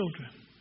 children